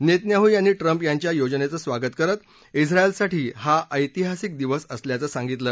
Netanyahu यांनी Trump यांच्या योजनेचं स्वागत करत झिएलसाठी हा ऐतिहासिक दिवस असल्याचं सांगितलं